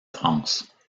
france